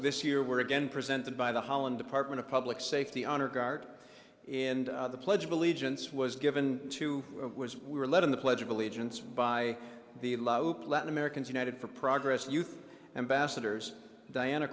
this year were again presented by the holland department of public safety honor guard and the pledge of allegiance was given to was we were led in the pledge of allegiance by the latin americans united for progress youth ambassadors diana